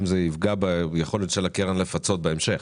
האם זה יפגע ביכולת של הקרן לפצות בהמשך?